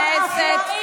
נא לסכם.